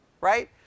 right